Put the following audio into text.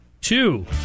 Two